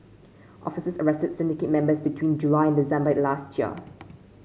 officers arrested syndicate members between July and December last year